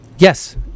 Yes